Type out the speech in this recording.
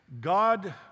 God